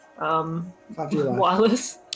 wireless